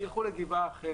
כי הם ילכו לגבעה אחרת,